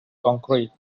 concrete